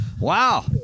wow